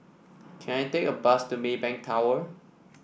can I take a bus to Maybank Tower